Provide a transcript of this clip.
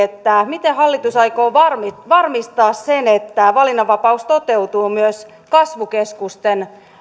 miten hallitus aikoo varmistaa varmistaa sen että valinnanvapaus toteutuu myös kasvukeskusten